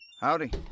Howdy